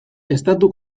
estatu